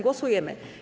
Głosujemy.